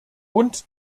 und